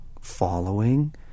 following